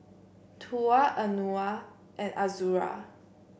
Tuah Anuar and Azura